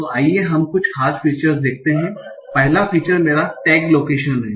तो आइए हम कुछ खास फीचर्स देखते हैं पहला फीचर मेरा टैग लोकेशन है